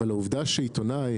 אבל העובדה שעיתונאי